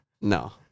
No